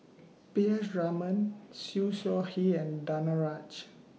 P S Raman Siew Shaw Her and Danaraj